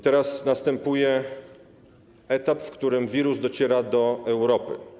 Teraz następuje etap, w którym wirus dociera do Europy.